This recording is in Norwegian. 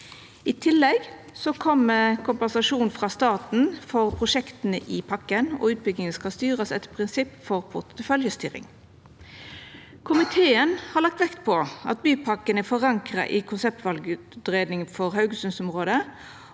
I tillegg kjem kompensasjon frå staten for prosjekta i pakken. Utbygginga skal styrast etter prinsippa for porteføljestyring. Komiteen har lagt vekt på at bypakken er forankra i konseptvalutgreiinga for Haugesunds-området,